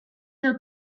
del